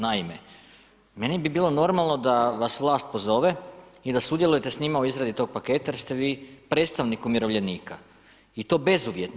Naime, meni bi bilo normalno da vas vlast pozove i da sudjelujete s njima u izradi tog paketa jer ste vi predstavnik umirovljenika i to bezuvjetno.